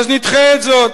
אז נדחה את זה.